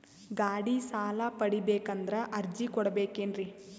ಗಾಡಿ ಸಾಲ ಪಡಿಬೇಕಂದರ ಅರ್ಜಿ ಕೊಡಬೇಕೆನ್ರಿ?